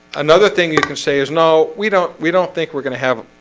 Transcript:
another thing you can say is no we don't we don't think we're gonna have